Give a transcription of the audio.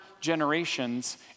generations